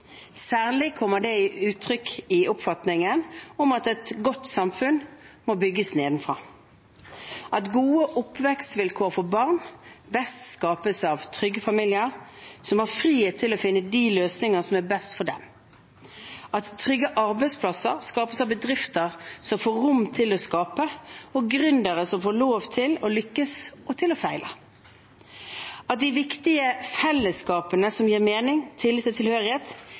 Særlig kommer det til uttrykk i oppfatningen om at et godt samfunn må bygges nedenfra gode oppvekstvilkår for barn best skapes av trygge familier som har frihet til å finne de løsninger som er best for dem trygge arbeidsplasser skapes av bedrifter som får rom til å skape, og gründere som får lov til å lykkes og til å feile de viktige fellesskapene som gir mening, tillit og tilhørighet,